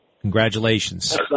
Congratulations